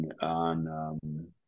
on